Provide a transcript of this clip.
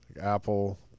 apple